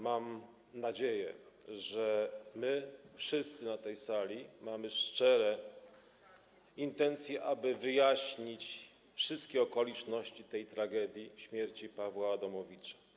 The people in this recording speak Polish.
Mam nadzieję, że wszyscy na tej sali mamy szczere intencje, aby wyjaśnić wszystkie okoliczności tej tragedii, śmierci Pawła Adamowicza.